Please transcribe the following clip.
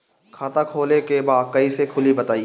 खाता खोले के बा कईसे खुली बताई?